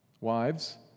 Wives